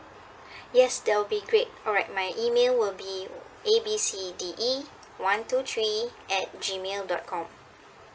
yes that will be great alright my email will be A_B_C_D_E one two three at G mail dot com